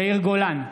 יאיר גולן,